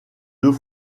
deux